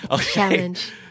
Challenge